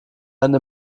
einen